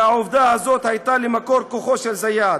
והעובדה הזאת הייתה למקור כוחו של זיאד,